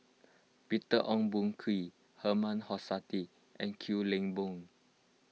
Peter Ong Boon Kwee Herman Hochstadt and Kwek Leng Beng